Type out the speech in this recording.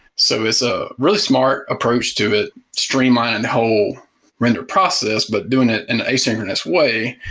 so it's a really smart approach to it, streamlined whole render process but doing it an asynchronous way,